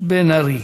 בן ארי.